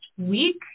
week